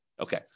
Okay